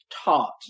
taught